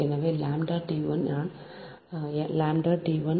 எனவே λ T 1I 0